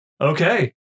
Okay